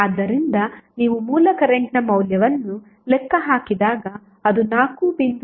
ಆದ್ದರಿಂದ ನೀವು ಮೂಲ ಕರೆಂಟ್ನ ಮೌಲ್ಯವನ್ನು ಲೆಕ್ಕ ಹಾಕಿದಾಗ ಅದು 4